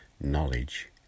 knowledge